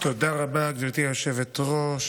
תודה רבה, גברתי היושבת-ראש.